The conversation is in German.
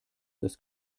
das